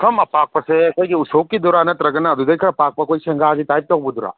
ꯄꯨꯈꯝ ꯑꯄꯥꯛꯄꯁꯦ ꯑꯩꯈꯣꯏꯒꯤ ꯎꯁꯣꯞꯀꯤꯗꯨꯔꯥ ꯅꯠꯇ꯭ꯔꯒꯅ ꯑꯗꯨꯗꯒꯤ ꯈꯔ ꯄꯥꯛꯄ ꯑꯩꯈꯣꯏ ꯁꯦꯡꯒꯥꯒꯤ ꯇꯥꯏꯞ ꯇꯧꯕꯗꯨꯔꯥ